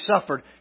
suffered